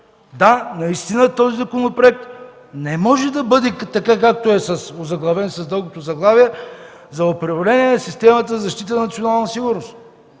Да, наистина този законопроект не може да бъде така, както е озаглавен с дългото заглавие – „Законопроект за управление на системата за защита на националната сигурност”.